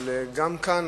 אבל גם כאן,